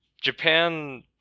japan